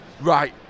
Right